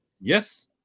Yes